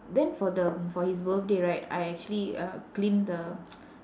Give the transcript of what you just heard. then for the for his birthday right I actually uh clean the